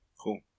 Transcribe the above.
Cool